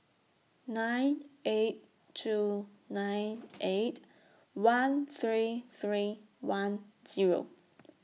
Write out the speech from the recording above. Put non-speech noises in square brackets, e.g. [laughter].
nine eight two nine [noise] eight one three three one Zero